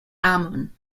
amun